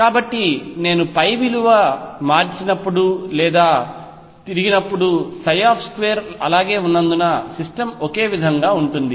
కాబట్టి నేను విలువ గా మార్చినప్పుడు లేదా తిరిగినప్పుడు 2 అలాగే ఉన్నందున సిస్టమ్ ఒకే విధంగా ఉంటుంది